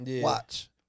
Watch